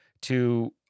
to-